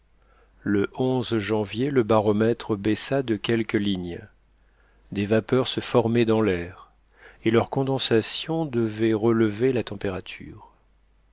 le janvier le baromètre baissa de quelques lignes des vapeurs se formaient dans l'air et leur condensation devait relever la température